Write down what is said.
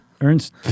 Ernst